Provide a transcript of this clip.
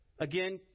Again